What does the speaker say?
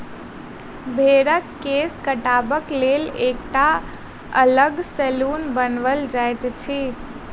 भेंड़क केश काटबाक लेल एकटा अलग सैलून बनाओल जाइत अछि